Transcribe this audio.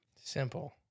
Simple